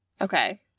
Okay